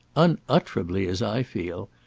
unutterably, as i feel.